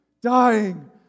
Dying